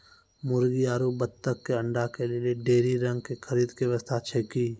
मुर्गी आरु बत्तक के अंडा के लेली डेयरी रंग के खरीद के व्यवस्था छै कि?